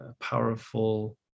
powerful